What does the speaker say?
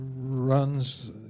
runs